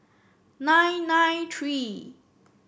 nine nine three